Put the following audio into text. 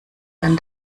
dann